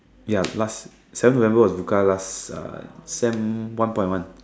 ya last seven November was Bukka last uh sem one point one